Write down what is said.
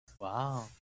Wow